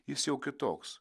jis jau kitoks